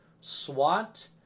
SWAT